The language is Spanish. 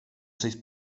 seis